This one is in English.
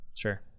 Sure